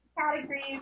Categories